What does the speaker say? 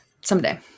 someday